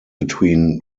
between